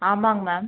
ஆமாங்க மேம்